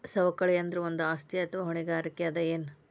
ಸವಕಳಿ ಅಂದ್ರ ಒಂದು ಆಸ್ತಿ ಅಥವಾ ಹೊಣೆಗಾರಿಕೆ ಅದ ಎನು?